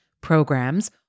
programs